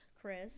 Chris